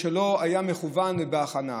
הוא לא היה מכוון ובהכנה,